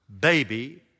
baby